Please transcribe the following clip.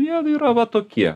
jie yra va tokie